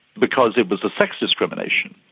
because it was a sex discrimination.